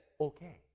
okay